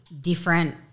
different